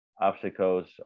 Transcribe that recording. obstacles